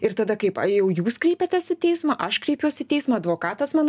ir tada kaip jau jūs kreipiatės į teismą aš kreipiuosi į teismą advokatas mano